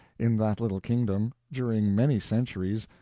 in that little kingdom, during many centuries,